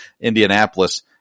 indianapolis